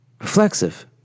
Reflexive